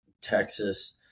Texas